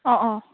অঁ অঁ